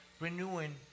renewing